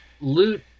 loot